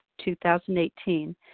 2018